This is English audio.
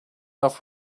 off